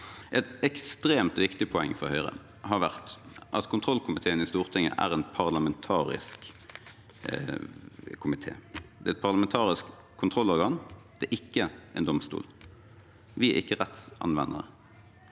Et ekstremt viktig poeng for Høyre har vært at kontrollkomiteen i Stortinget er en parlamentarisk komité. Det er et parlamentarisk kontrollorgan, det er ikke en domstol. Vi er ikke rettsanvender.